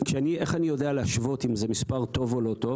איך אני יודע להשוות אם זה מספר טוב או לא טוב?